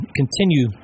continue